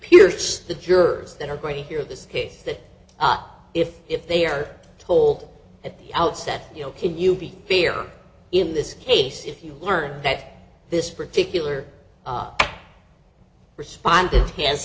pierce the jurors that are going to hear this case that if if they are told at the outset you know can you be clear in this case if you learn that this particular responded h